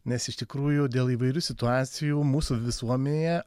nes iš tikrųjų dėl įvairių situacijų mūsų visuomenėje